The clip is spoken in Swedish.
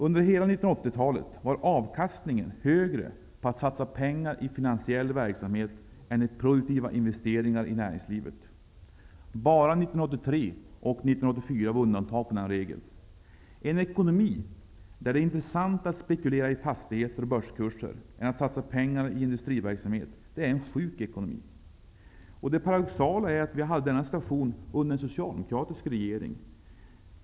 Under hela 1980-talet var avkastningen högre på att satsa pengar i finansiell verksamhet än på att satsa dem i produktiva investeringar i näringslivet. Bara 1983 och 1984 var undantag från denna regel. En ekonomi där det är intressantare att spekulera i fastigheter och börskurser än att satsa pengarna i industriverksamhet är en sjuk ekonomi. Det paradoxala är att vi hade denna situation under en socialdemokratisk regering.